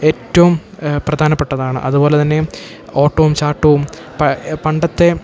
ഏറ്റവും പ്രധാനപ്പെട്ടതാണ് അതു പോലെ തന്നെയും ഓട്ടവും ചാട്ടവും പണ്ടത്തെ